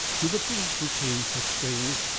do the police retain such things?